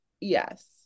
Yes